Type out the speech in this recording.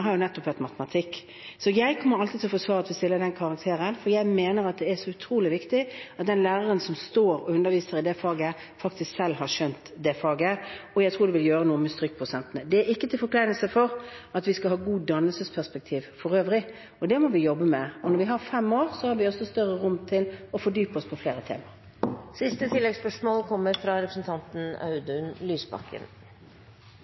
har nettopp vært matematikk. Jeg kommer alltid til å forsvare at vi stiller det karakterkravet, for jeg mener det er utrolig viktig at den læreren som står og underviser i det faget, faktisk selv har skjønt faget, og jeg tror det vil gjøre noe med strykprosentene. Det er ikke til forkleinelse for at vi skal ha et godt dannelsesperspektiv for øvrig. Det må vi jobbe med. Når vi har fem år, har vi også større rom for å fordype oss innen flere tema.